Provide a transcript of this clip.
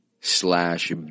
slash